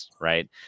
right